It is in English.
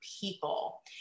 people